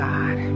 God